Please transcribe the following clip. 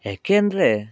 ಏಕೆಂದರೆ